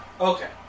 Okay